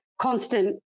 constant